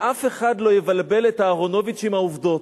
שאף אחד לא יבלבל את אהרונוביץ עם העובדות,